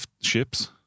ships